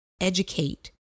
educate